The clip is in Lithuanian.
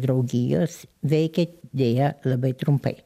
draugijos veikė deja labai trumpai